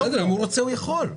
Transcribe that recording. אם הוא רוצה הוא יכול,